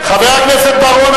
חבר הכנסת בר-און,